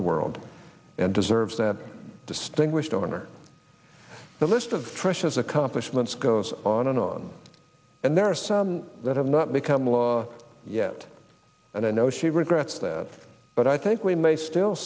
the world and deserves the distinguished honor the list of precious accomplishments goes on and on and there are some not become law yet and i know she regrets that but i think we may still